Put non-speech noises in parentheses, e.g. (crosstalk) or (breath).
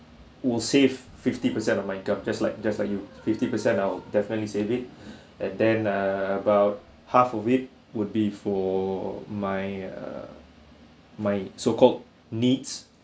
will save fifty percent of my income just like just like you fifty percent I'll definitely save it (breath) and then err about half of it would be for my err my so called needs